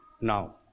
Now